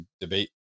debate